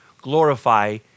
glorify